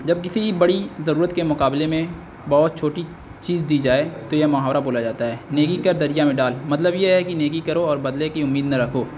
جب کسی بڑی ضرورت کے مقابلے میں بہت چھوٹی چیز دی جائے تو یہ محاورہ بولا جاتا ہے نیکی کر دریا میں ڈال مطلب یہ ہے کہ نیکی کرو اور بدلے کی امید نے رکھو